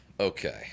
Okay